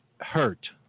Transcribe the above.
hurt